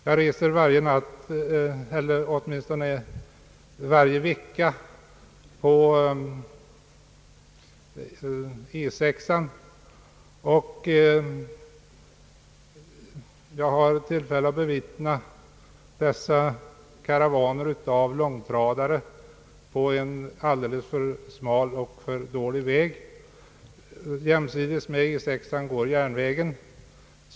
Jag reser varje vecka på E 6:an och möter där långa karavaner av långtradare på en alldeles för smal och dålig väg. Jämsides med E 6:an går järnvägen.